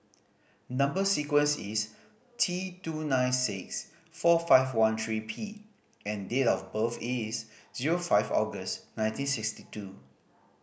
number sequence is T two nine six four five one three P and date of birth is zero five August nineteen sixty two